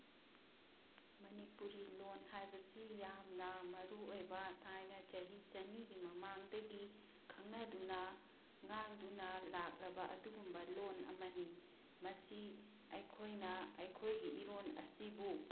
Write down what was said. ꯃꯅꯤꯄꯨꯔꯤ ꯂꯣꯜ ꯍꯥꯏꯕꯁꯤ ꯌꯥꯝꯅ ꯃꯔꯨꯑꯣꯏꯕ ꯊꯥꯏꯅ ꯆꯍꯤ ꯆꯅꯤꯒꯤ ꯃꯃꯥꯡꯗꯒꯤ ꯈꯪꯅꯗꯨꯅ ꯉꯥꯡꯗꯨꯅ ꯂꯥꯛꯂꯕ ꯑꯗꯨꯒꯨꯝꯕ ꯂꯣꯜ ꯑꯃꯅꯤ ꯃꯁꯤ ꯑꯩꯈꯣꯏꯅ ꯑꯩꯈꯣꯏꯒꯤ ꯏꯔꯣꯜ ꯑꯁꯤꯕꯨ